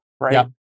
right